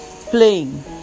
playing